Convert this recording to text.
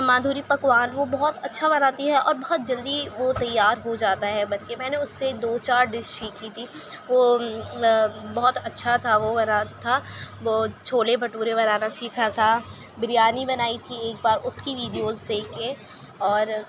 مادھوری پکوان وہ بہت اچھا بناتی ہیں اور بہت جلدی وہ تیار ہو جاتا ہے بن کے میں نے اس سے دو چار ڈش سیکھ لی تھی وہ بہت اچھا تھا وہ بنا تھا وہ چھولے بھٹورے بنانا سیکھا تھا بریانی بنائی تھی ایک بار اس کی ویڈیوز دیکھ کے اور